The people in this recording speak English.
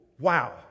Wow